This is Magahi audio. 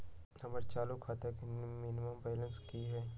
हमर चालू खाता के मिनिमम बैलेंस कि हई?